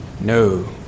no